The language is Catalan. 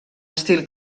estil